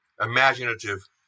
imaginative